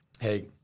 hey